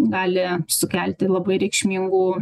gali sukelti labai reikšmingų